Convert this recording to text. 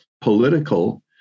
political